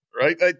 right